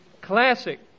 classic